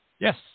Yes